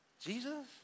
Jesus